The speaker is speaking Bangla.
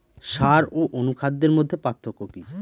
সার ও অনুখাদ্যের মধ্যে পার্থক্য কি?